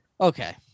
Okay